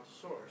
source